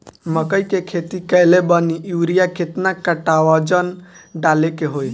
मकई के खेती कैले बनी यूरिया केतना कट्ठावजन डाले के होई?